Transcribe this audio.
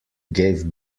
gave